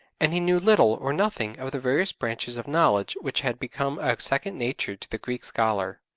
and he knew little or nothing of the various branches of knowledge which had become a second nature to the greek scholar